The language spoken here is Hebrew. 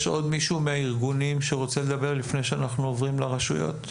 יש עוד מישהו מהארגונים שרוצה לדבר לפני שאנחנו עוברים לרשויות?